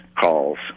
calls